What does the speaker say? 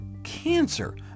Cancer